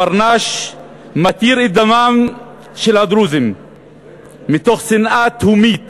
הברנש מתיר את דמם של הדרוזים מתוך שנאה תהומית